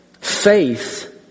faith